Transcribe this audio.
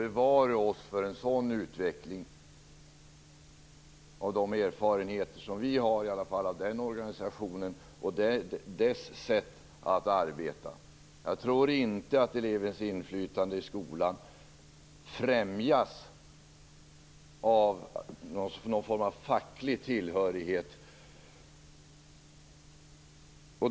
Bevare oss för en sådan utveckling - med tanke på de erfarenheter som vi har av den organisationen och dess sätt att arbeta! Jag tror inte att elevens inflytande i skolan främjas av någon form av facklig tillhörighet.